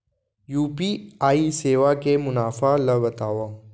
UPI सेवा के मुनाफा ल बतावव?